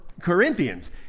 corinthians